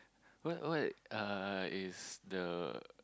what what uh is the